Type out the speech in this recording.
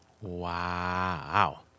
Wow